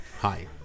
Hi